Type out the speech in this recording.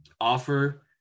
offer